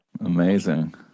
Amazing